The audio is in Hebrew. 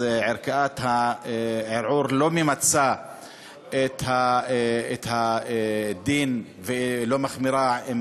ערכאת הערעור לא ממצה את הדין ולא מחמירה עם